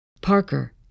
Parker